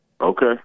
Okay